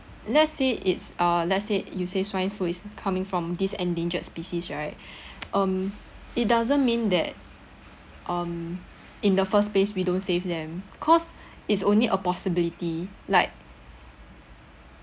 let's say it's uh let's say you say swine flu is coming from these endangered species right um it doesn't mean that um in the first place we don't save them cause it's only a possibility like